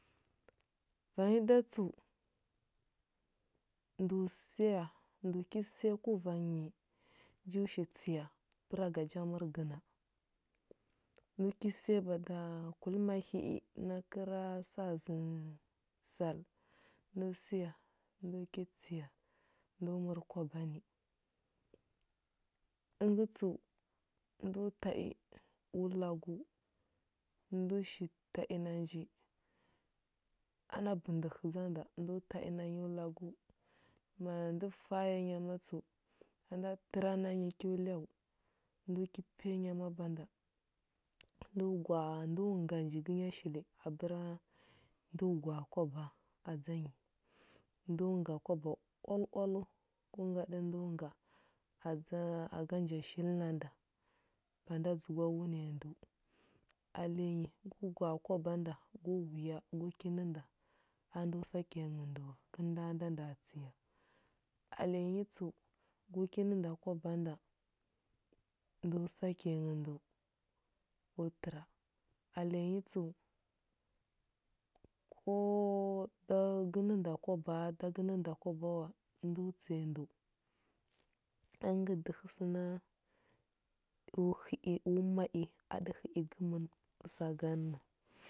Vanyi da tsəu, ndəu səya, ndəu ki səya kuva nyi, nju shi tsəya bəra ga ja mər gəna. Wi ki bada ku imahi i na əra ta zənə sal ndo səya ndo ki tsəya ndo məra kwaba ni. Əngə tsəu, ndo ta i u lagu, ndo shi ta i na nji, ana bəndəhə dza nda ndo ta i a nyo lagu, ma ndə fa anya nyama tsəu ba nda təra nyi kyo lyau do ki piya nya ma banda, ndu nga njigə nya shili agəra ndu gwa a kwaba adza yi, ndu nga kwaba oal oaləu, gu ngaɗə ndu nga adza aga nja shili na nda, ba nda dzəgwa wuniya ndəu. Alenyi gu gwa a kwaba nda, gu wuya gu ki nə nda a ndo sake nghə ndə wa, kəlnda nda nda tsəya. Alenyi tsəu gu nə nda kwaba nda ndu sake nghə ndəu, gu təra. Alenyi tsəu ko da gə nə nda kwaba da gə nə nda kwaba wa, ndu tsəya ndəu. Əngə ngə dəhə səna u hə i u ma i a ɗə hə i gəmən saganna.